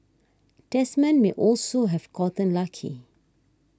Desmond may also have gotten lucky